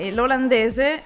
L'olandese